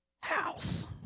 house